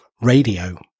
radio